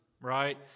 right